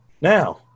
now